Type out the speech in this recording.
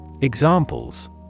Examples